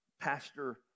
pastor